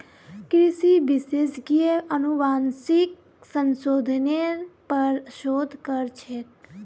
कृषि विशेषज्ञ अनुवांशिक संशोधनेर पर शोध कर छेक